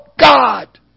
God